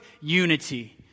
unity